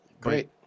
great